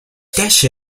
dash